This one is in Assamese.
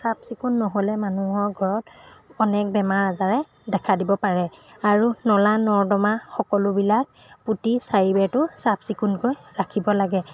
চাফচিকুণ নহ'লে মানুহৰ ঘৰত অনেক বেমাৰ আজাৰে দেখা দিব পাৰে আৰু নলা নৰ্দমা সকলোবিলাক পুতি চাৰিবেৰটো চাফচিকুণকৈ ৰাখিব লাগে